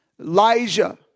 Elijah